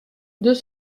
deux